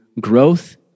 growth